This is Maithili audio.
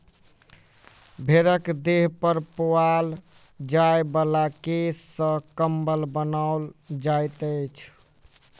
भेंड़क देह पर पाओल जाय बला केश सॅ कम्बल बनाओल जाइत छै